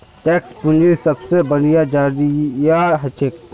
tax पूंजीर सबसे बढ़िया जरिया हछेक